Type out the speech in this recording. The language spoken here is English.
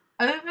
Over